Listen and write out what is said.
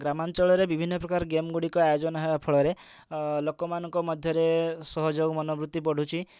ଗ୍ରାମଅଞ୍ଚଳରେ ବିଭିନ୍ନ ପ୍ରକାର ଗେମ୍ ଗୁଡ଼ିକ ଆୟୋଜନ ହେବା ଫଳରେ ଲୋକମାନଙ୍କ ମଧ୍ୟ ରେ ସହଯୋଗ ମନବୃତି ବଢ଼ୁଛି